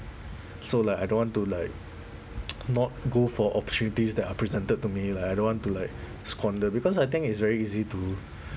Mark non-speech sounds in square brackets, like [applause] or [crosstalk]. so like I don't want to like [noise] not go for opportunities that are presented to me like I don't want to like squander because I think it's very easy to